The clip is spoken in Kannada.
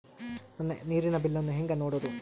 ನನ್ನ ನೇರಿನ ಬಿಲ್ಲನ್ನು ಹೆಂಗ ನೋಡದು?